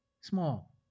small